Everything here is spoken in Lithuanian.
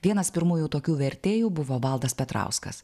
vienas pirmųjų tokių vertėjų buvo valdas petrauskas